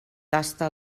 tasta